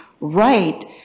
right